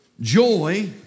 joy